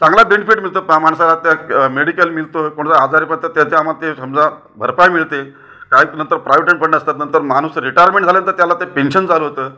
चांगला बेनिफिट मिळतो माणसाला त्या मेडिकल मिळतं कोणाला आजारी पडतात त्याचा आम्हाला ते समजा भरपाई मिळते काय नंतर प्रावीडंट फंड असतात नंतर माणूस रिटायरमेंट झाल्यानंतर त्याला ते पेंशन चालू होतं